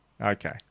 Okay